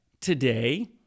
today